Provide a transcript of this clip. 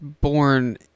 born